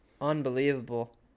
unbelievable